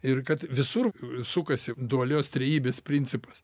ir kad visur sukasi dualios trejybės principas